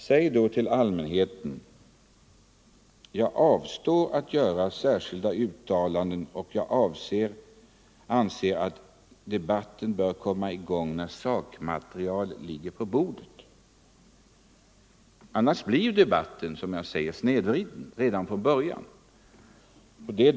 Säg då till allmänheten: Jag avstår från att göra särskilda uttalanden, och jag anser att debatten bör komma i gång när sakmaterialet ligger på bordet. Annars blir debatten snedvriden redan från början.